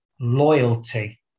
Loyalty